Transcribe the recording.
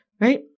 right